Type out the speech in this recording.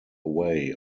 away